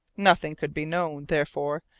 nothing could be known, therefore,